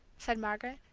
said margaret.